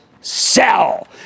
sell